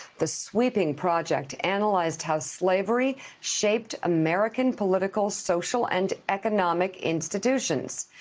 the sweeping project analyzed how slavery shaped american political, social and economic institutions.